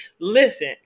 listen